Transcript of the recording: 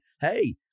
hey